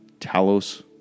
Talos